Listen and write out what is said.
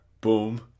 boom